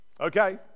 okay